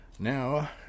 Now